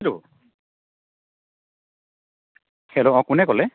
hello hello অ' কোনে ক'লে